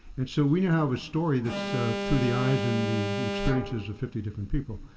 and so we have a story that's through the eyes and the the experiences of fifty different people.